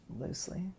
loosely